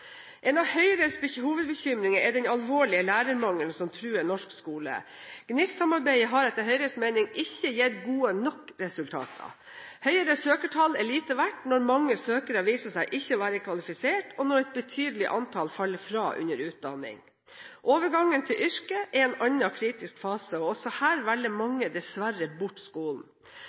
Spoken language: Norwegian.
En av Høyres hovedbekymringer er den alvorlige lærermangelen som truer norsk skole. GNlST-samarbeidet har etter Høyres mening ikke gitt gode nok resultater. Høyere søkertall er lite verdt når mange søkere viser seg ikke å være kvalifisert, og når et betydelig antall faller fra under utdanning. Overgangen til yrket er en annen kritisk fase, og også her velger mange dessverre bort skolen.